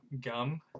gum